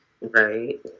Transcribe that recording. Right